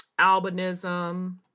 albinism